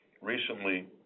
Recently